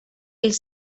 els